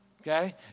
okay